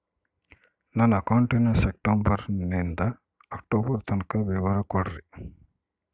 ನನ್ನ ಅಕೌಂಟಿನ ಸೆಪ್ಟೆಂಬರನಿಂದ ಅಕ್ಟೋಬರ್ ತನಕ ವಿವರ ಕೊಡ್ರಿ?